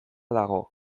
dago